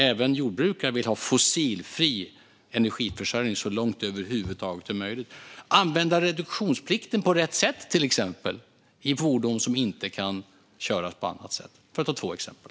Även jordbrukare vill ha fossilfri energiförsörjning så långt det över huvud taget är möjligt. Det handlar också till exempel om att använda reduktionsplikten på rätt sätt, i fordon som inte kan köras på annat sätt. Det var två exempel.